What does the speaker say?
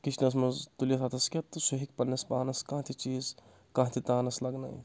کِچنَس منٛز تُلِتھ اَتھس کیٛاہ تہٕ سُہ ہیٚکہِ پننِس پانَس کانٛہہ تہِ چیٖز کانٛہہ تہِ تانَس لگنٲیِتھ